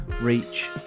reach